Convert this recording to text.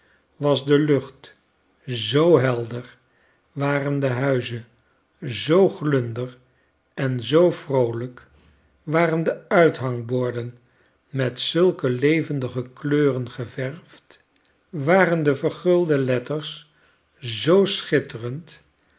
was de lucht zoo helder waren de huizen zoo glunder en zoo vroolijk waren de uithangborden met zulke levendige kleuren geverfd waren de vergulde letters zoo schitterend